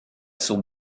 sont